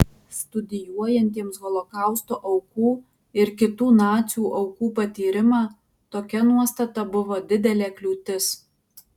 studijuojantiems holokausto aukų ir kitų nacių aukų patyrimą tokia nuostata buvo didelė kliūtis